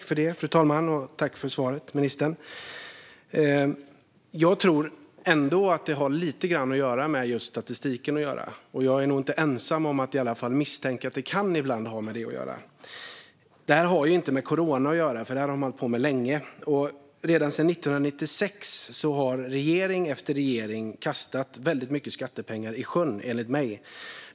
Fru talman! Tack för svaret, ministern! Jag tror ändå att det har lite grann att göra med just statistiken. Jag är nog inte ensam om att i varje fall misstänka att det ibland kan ha med det att göra. Detta har inte med corona att göra, för det här har man hållit på med länge. Redan sedan 1996 har regering efter regering kastat väldigt mycket skattepengar i sjön, enligt mig.